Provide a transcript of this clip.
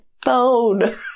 phone